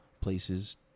places